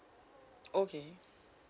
okay